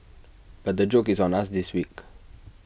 but the joke is on us this week